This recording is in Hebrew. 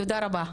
תודה רבה.